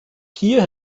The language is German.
hier